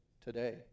today